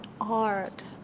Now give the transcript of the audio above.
art